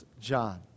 John